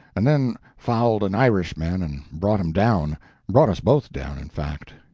and then fouled an irishman and brought him down brought us both down, in fact.